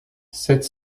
sept